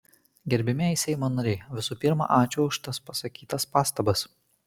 gerbiamieji seimo nariai visų pirma ačiū už tas pasakytas pastabas